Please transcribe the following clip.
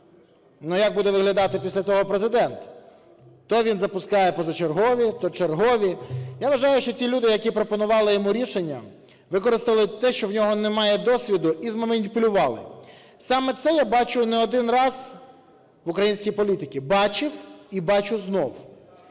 Но як буде виглядати після того Президент? То він запускає позачергові, то чергові. Я вважаю, що ті люди, які пропонували йому рішення, використали те, що в нього немає досвіду і зманіпулювали. Саме це я бачу не один раз в українській політиці, бачив і бачу знову.